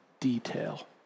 detail